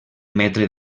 metre